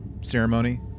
ceremony